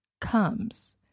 comes